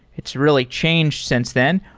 it's really changed since then.